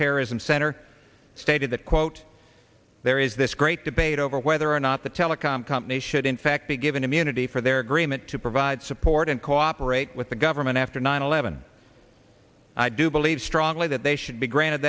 counterterrorism center stated that quote there is this great debate over whether or not the telecom companies should in fact be given immunity for their agreement to provide support and cooperate with the government after nine eleven i do believe strongly that they should be granted